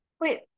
Wait